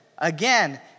Again